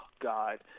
God